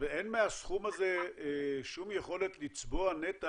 אין מהסכום הזה שום יכולת לצבוע נתח